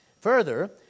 Further